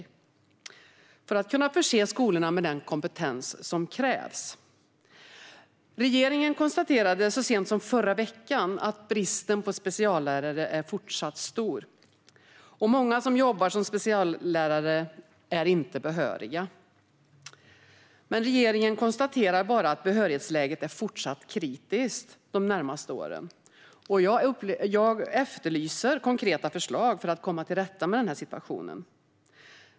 Det är för att kunna förse skolorna med den kompetens som krävs. Regeringen konstaterade så sent som förra veckan att bristen på speciallärare fortfarande är stor och att många som jobbar som speciallärare inte är behöriga. Men regeringen konstaterar bara att behörighetsläget kommer att fortsätta vara kritiskt de närmaste åren. Jag efterlyser konkreta förslag för att komma till rätta med situationen.